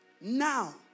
now